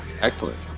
excellent